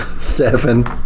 seven